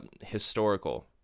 historical